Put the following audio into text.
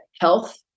health